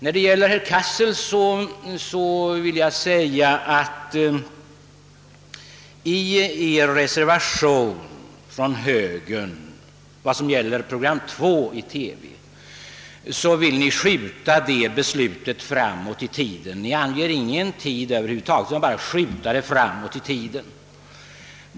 I högerpartiets reservation beträffande ett andra TV-program har yrkats att verkställigheten av beslutet skall skjutas framåt i tiden, men reservanterna anger ingen bestämd tidpunkt.